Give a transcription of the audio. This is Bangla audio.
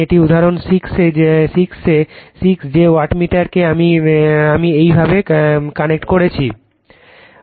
এটি উদাহরণ 6 যে ওয়াটমিটার কে আমি এইভাবে কানেক্ট করেছি